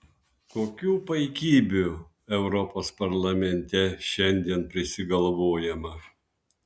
kokių paikybių europos parlamente šiandien prisigalvojama